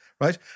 right